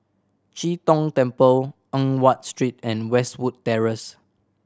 Chee Tong Temple Eng Watt Street and Westwood Terrace